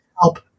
help